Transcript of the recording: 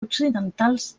occidentals